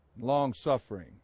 long-suffering